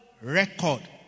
record